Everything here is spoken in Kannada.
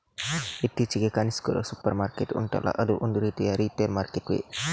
ಇತ್ತೀಚಿಗೆ ಕಾಣಿಸ್ತಿರೋ ಸೂಪರ್ ಮಾರ್ಕೆಟ್ ಉಂಟಲ್ಲ ಅದೂ ಒಂದು ರೀತಿಯ ರಿಟೇಲ್ ಮಾರ್ಕೆಟ್ಟೇ